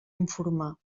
informar